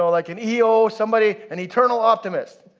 like an eo, somebody an eternal optimist.